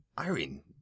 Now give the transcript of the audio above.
Irene